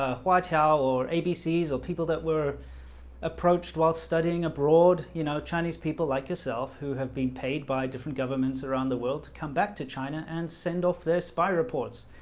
ah hua qiao or a abcs or people that were approached while studying abroad you know chinese people like yourself who have been paid by different governments around the world to come back to china and send off their spy reports.